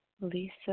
Lisa